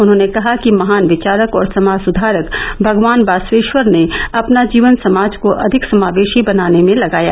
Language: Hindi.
उन्होंने कहा कि महान विचारक और समाज सुधारक भगवान बासवेश्वर ने अपना जीवन समाज को अधिक समावेशी बनाने में लगाया